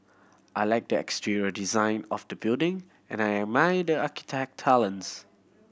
I like the exterior design of the building and I admire the architect talents